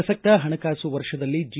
ಪ್ರಸಕ್ತ ಪಣಕಾಸು ವರ್ಷದಲ್ಲಿ ಜಿ